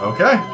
Okay